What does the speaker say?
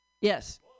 Yes